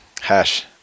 hash